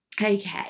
Okay